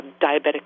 diabetic